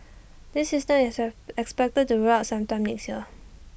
this system is expected to be rolled out sometime next year